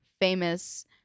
famous